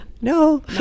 No